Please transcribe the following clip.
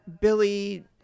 Billy